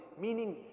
Meaning